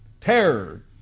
Terror